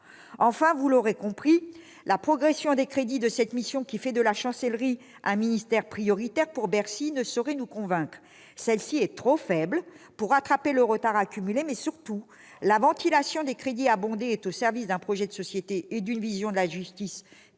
? Vous l'aurez compris, la progression des crédits de cette mission, qui fait de la Chancellerie un ministère prioritaire pour Bercy, ne saurait nous convaincre. Elle est trop faible pour permettre de rattraper le retard accumulé. Surtout, la ventilation des crédits augmentés est au service d'un projet de société et d'une vision de la justice